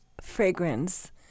fragrance